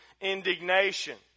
indignation